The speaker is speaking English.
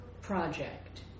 project